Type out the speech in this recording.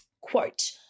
quote